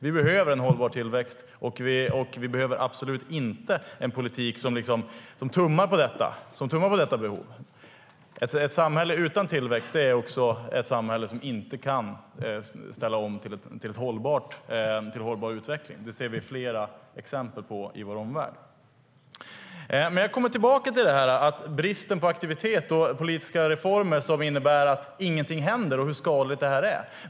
Vi behöver en hållbar tillväxt, och vi behöver absolut inte en politik som tummar på detta behov. Ett samhälle utan tillväxt är också ett samhälle som inte kan ställa om till hållbar utveckling. Det ser vi flera exempel på i vår omvärld. Jag kommer tillbaka till detta med bristen på aktivitet och politiska reformer som innebär att ingenting händer och hur skadligt det är.